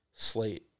Slate